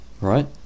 right